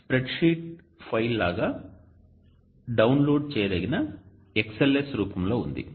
spreadsheet ఫైల్గా download చేయదగిన XLS రూపంలో ఉంది